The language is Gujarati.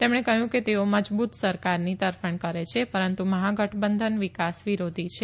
તેમણે કહ્યું કે તેઓ મજબુત સરકારની તરફેણ કરે છે પરંતુ મહાગઠબંધન વિકાસ વિરોધી છે